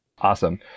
awesome